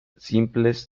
simples